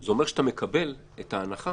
זה אומר שאתה מקבל את ההנחה